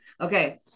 Okay